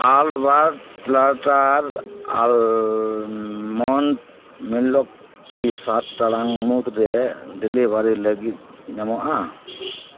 ᱟᱞᱵᱟᱱ platter almond milk ᱠᱤ ᱥᱟᱛ ᱴᱟᱲᱟᱝ ᱢᱩᱫᱽᱨᱮ ᱰᱮᱞᱤᱵᱷᱟᱹᱨᱤ ᱞᱟᱹᱜᱤᱫ ᱧᱟᱢᱚᱜᱼᱟ